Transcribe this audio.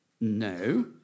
No